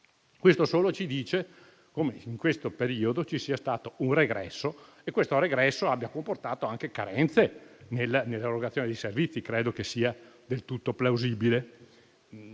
da solo, ci dice come in questo periodo ci sia stato un regresso e come questo abbia comportato anche carenze nell'erogazione dei servizi. Credo che sia del tutto plausibile.